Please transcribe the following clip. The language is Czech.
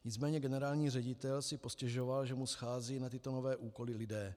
Nicméně generální ředitel si postěžoval, že mu scházejí na tyto nové úkoly lidé.